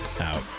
Out